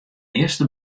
earste